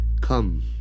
come